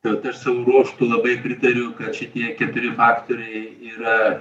tad aš savo ruožtu labai pritariu kad šitie keturi aktoriai yra